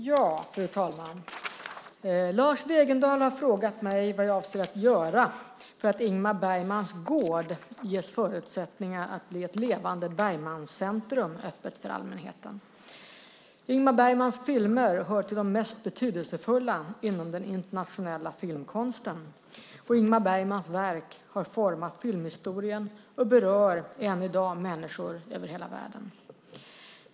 Fru talman! Lars Wegendal har frågat mig vad jag avser att göra för att Ingmar Bergmans gård ges förutsättningar att bli ett levande Bergmancentrum öppet för allmänheten. Ingmar Bergmans filmer hör till de mest betydelsefulla inom den internationella filmkonsten. Ingmar Bergmans verk har format filmhistorien och berör än i dag människor världen över.